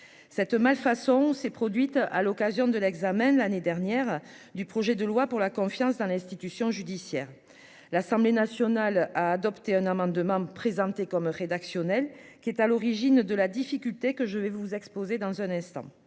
cette malfaçon s'est produite à l'occasion de l'examen de l'année dernière, du projet de loi pour la confiance dans l'institution judiciaire, l'Assemblée nationale a adopté un amendement présenté comme rédactionnelle qui est à l'origine de la difficulté que je vais vous exposer dans un instant,